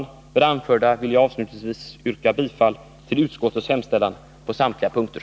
Med det anförda vill jag avslutningsvis yrka bifall till utskottets hemställan på samtliga punkter.